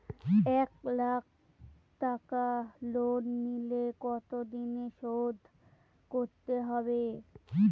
এক লাখ টাকা লোন নিলে কতদিনে শোধ করতে হবে?